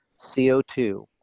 CO2